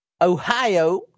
Ohio